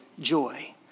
joy